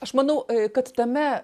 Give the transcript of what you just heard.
aš manau kad tame